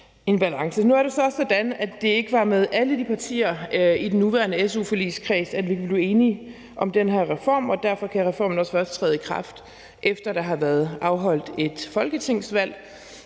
Nu er det så sådan, er det ikke var med alle de partier, der er i den nuværende su-forligskreds, vi kunne blive enige om den her reform, og derfor kan reformen også først træde i kraft, efter der har været afholdt et folketingsvalg.